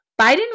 Biden